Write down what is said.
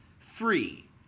three